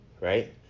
right